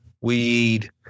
weed